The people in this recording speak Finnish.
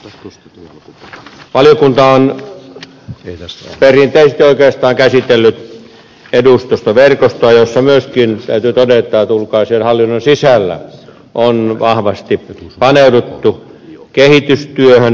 valiokunta on perinteisesti oikeastaan käsitellyt edustustoverkostoa josta täytyy myöskin todeta että ulkoasiainhallinnon sisällä on vahvasti paneuduttu kehitystyöhön